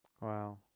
wow